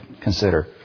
consider